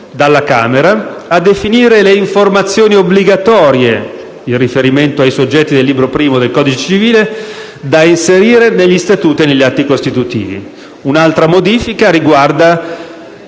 Un'altra modifica riguarda